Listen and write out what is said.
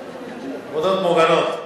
עבודות מוגנות.